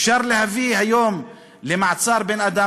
אפשר להביא היום למעצר בן-אדם,